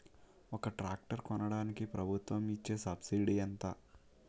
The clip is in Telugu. ఒక ట్రాక్టర్ కొనడానికి ప్రభుత్వం ఇచే సబ్సిడీ ఎంత?